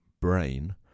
brain